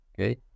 okay